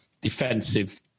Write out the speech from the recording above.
defensive